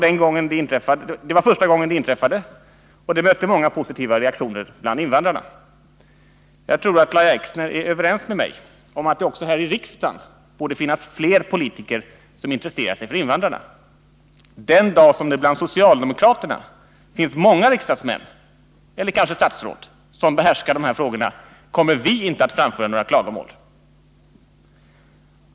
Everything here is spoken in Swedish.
Det var första gången det inträffade, och det mötte många positiva reaktioner bland invandrarna. Jag tror att Lahja Exner är överens med mig om att det också här i riksdagen borde finnas fler politiker som intresserar sig för invandrarna. Den dag det bland socialdemokraterna finns många riksdagsmän, eller kanske statsråd, som behärskar de här frågorna kommer vi inte att framföra några klagomål.